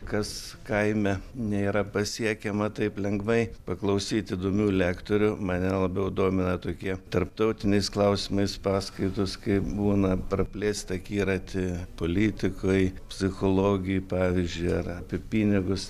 kas kaime nėra pasiekiama taip lengvai paklausyti įdomių lektorių mane labiau domina tokie tarptautiniais klausimais paskaitos kai būna praplėst akiratį politikoj psichologijoj pavyzdžiui ar apie pinigus